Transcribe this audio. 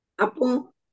Apo